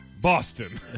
Boston